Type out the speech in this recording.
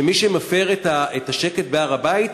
שמי שמפר את השקט בהר-הבית,